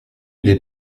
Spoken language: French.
des